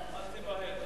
אל תיבהל.